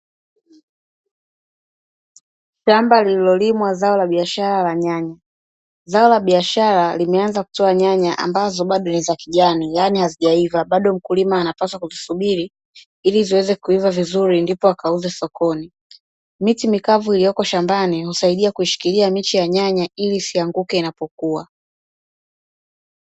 Shamba lililolimwa zao la biashara la nyanya. Zao la biashara limeanza kutoa nyanya ambazo bado ni za kijani, yaani hazijaiva, bado mkulima anapaswa kusubiri ili ziweze kuiva vizuri ndipo akauze sokoni. Miti mikavu iliyopo shambani husaidia kushikilia miche ya nyanya ili isianguke inapokuwa